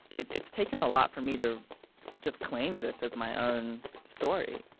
it's it's taken a lot for me to just claim this as my own story